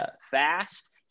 fast